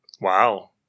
Wow